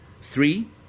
Three